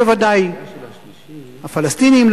הפלסטינים,